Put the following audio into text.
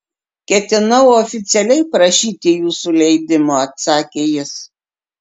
ketinau oficialiai prašyti jūsų leidimo atsakė jis